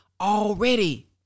Already